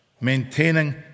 maintaining